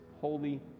Holy